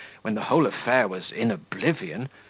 when the whole affair was in oblivion,